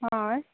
ᱦᱳᱭ